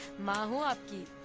my behalf.